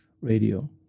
Radio